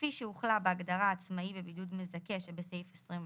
כפי שהוחלה בהגדרה "עצמאי בבידוד מזכה" שבסעיף 26יט,